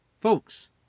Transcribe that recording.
Folks